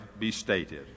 bestated